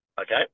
okay